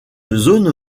zone